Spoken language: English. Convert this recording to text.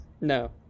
No